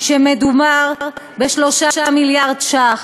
מדובר ב-3 מיליארד ש"ח,